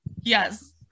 Yes